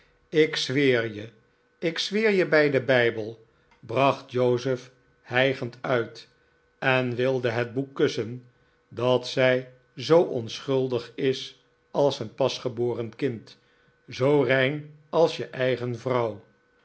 ik zweer je ik zweer je bij den bijbel bracht joseph hijgend uit en wilde het boek kussen dat zij zoo onschuldig is als een pasgeboren kind zoo rein als je eigen vrouw